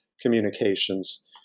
communications